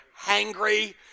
hangry